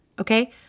okay